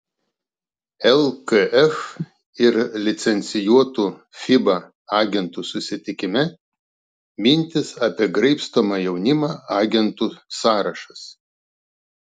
lkf ir licencijuotų fiba agentų susitikime mintys apie graibstomą jaunimą agentų sąrašas